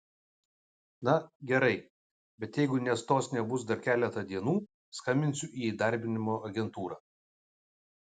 na gerai bet jeigu nestos nebus dar keletą dienų skambinsiu į įdarbinimo agentūrą